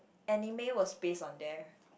anime was based on there